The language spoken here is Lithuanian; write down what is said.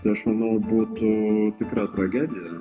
tai aš manau būtų tikra tragedija